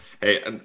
hey